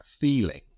feeling